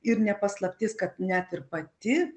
ir ne paslaptis kad net ir pati